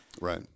Right